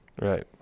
Right